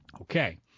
Okay